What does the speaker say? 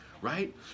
right